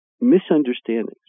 misunderstandings